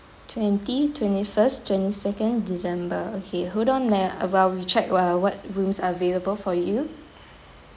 twenty twenty first twenty second december okay hold on ah a while we check wa~ what rooms are available for you